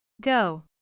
Go